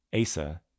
Asa